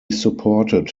supported